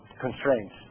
constraints